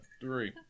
Three